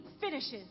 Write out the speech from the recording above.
finishes